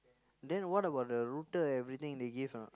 then what about the router everything they give or not